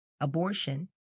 abortion